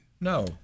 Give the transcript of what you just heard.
No